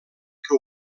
que